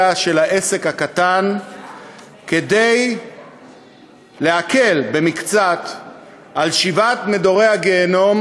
של העסק הקטן כדי להקל במקצת את שבעת מדורי הגיהינום